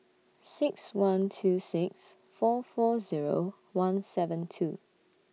six one two six four four Zero one seven two